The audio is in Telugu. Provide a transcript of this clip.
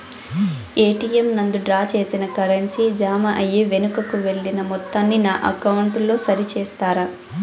ఎ.టి.ఎం నందు డ్రా చేసిన కరెన్సీ జామ అయి వెనుకకు వెళ్లిన మొత్తాన్ని నా అకౌంట్ లో సరి చేస్తారా?